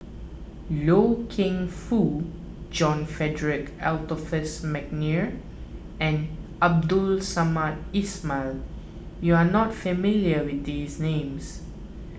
Loy Keng Foo John Frederick Adolphus McNair and Abdul Samad Ismail you are not familiar with these names